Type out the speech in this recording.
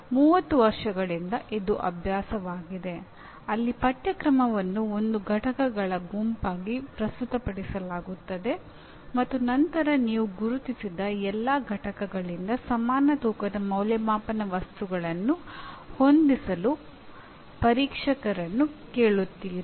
30 ವರ್ಷಗಳಿಂದ ಇದು ಅಭ್ಯಾಸವಾಗಿದೆ ಅಲ್ಲಿ ಪಠ್ಯಕ್ರಮವನ್ನು ಒಂದು ಘಟಕಗಳ ಗುಂಪಾಗಿ ಪ್ರಸ್ತುತಪಡಿಸಲಾಗುತ್ತದೆ ಮತ್ತು ನಂತರ ನೀವು ಗುರುತಿಸಿದ ಎಲ್ಲಾ ಘಟಕಗಳಿಂದ ಸಮಾನ ತೂಕದ ಮೌಲ್ಯಮಾಪನ ವಸ್ತುಗಳನ್ನು ಹೊಂದಿಸಲು ಪರೀಕ್ಷಕರನ್ನು ಕೇಳುತ್ತೀರಿ